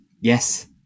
Yes